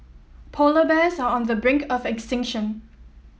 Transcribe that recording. polar bears are on the brink of extinction